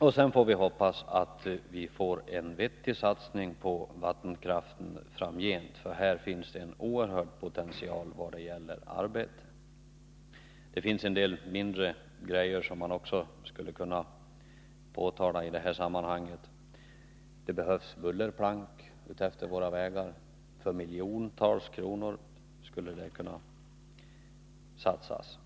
och sedan får vi hoppas att det görs en vettig satsning på vattenkraften framgent, för här finns det en oerhörd potential vad det gäller arbete. Det finns en del mindre saker som man också skulle kunna peka på i det här sammanhanget. Bullerplank behövs utefter våra vägar — miljontals kronor skulle kunna satsas.